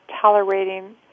tolerating